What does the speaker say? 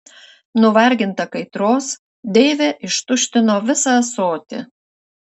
nuvarginta kaitros deivė ištuštino visą ąsotį